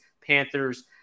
Panthers